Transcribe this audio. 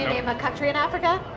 a country in africa?